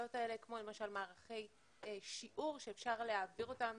האלה כמו למשל מערכי שיעור שאפשר להעביר אותם